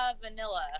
Vanilla